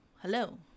Hello